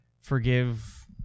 forgive